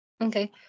Okay